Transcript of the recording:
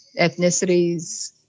ethnicities